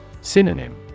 Synonym